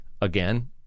again